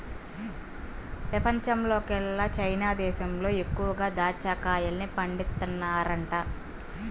పెపంచంలోకెల్లా చైనా దేశంలో ఎక్కువగా దాచ్చా కాయల్ని పండిత్తన్నారంట